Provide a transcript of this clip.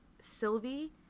Sylvie